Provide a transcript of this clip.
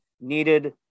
needed